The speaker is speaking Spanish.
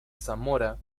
zamora